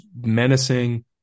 menacing